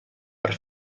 per